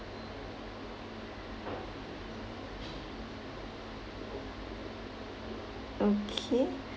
okay